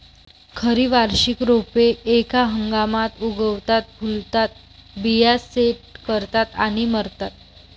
खरी वार्षिक रोपे एका हंगामात उगवतात, फुलतात, बिया सेट करतात आणि मरतात